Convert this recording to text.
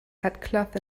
headcloth